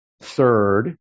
third